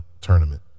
tournament